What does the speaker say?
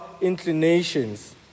inclinations